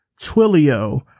Twilio